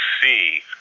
see